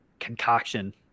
concoction